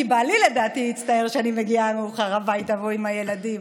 כי בעלי לדעתי יצטער שאני מגיעה מאוחר הביתה והוא עם הילדים.